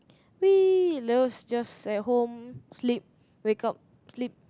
we loves just at home sleep wake up sleep